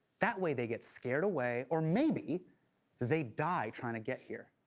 that way they get scared away or maybe they die trying to get here.